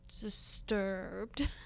Disturbed